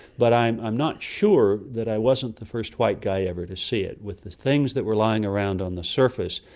but i'm i'm not sure that i wasn't the first white guy ever to see it. with the things that were lying around on the surface,